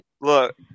Look